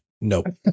Nope